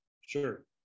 sure